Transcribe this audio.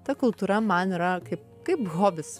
ta kultūra man yra kaip kaip hobis